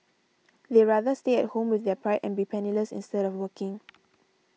they rather stay at home with their pride and be penniless instead of working